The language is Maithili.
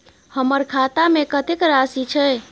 हमर खाता में कतेक राशि छै?